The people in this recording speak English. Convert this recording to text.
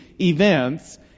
events